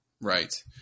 Right